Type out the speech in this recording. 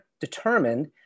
determined